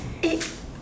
eh